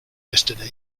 yesterday